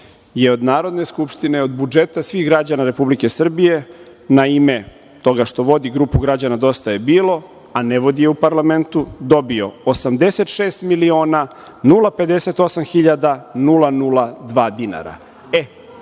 je od Narodne skupštine, od budžeta svih građana Srbije na ime toga što vodi grupu građana Dosta je bilo, a ne vodi je u parlamentu dobio 86.058.002 dinara.